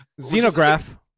Xenograph